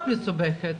היא מאוד מסובכת,